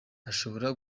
ashobora